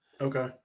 Okay